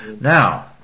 Now